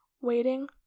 waiting